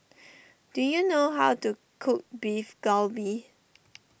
do you know how to cook Beef Galbi